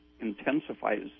intensifies